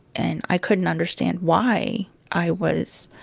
and i couldn't understand why i was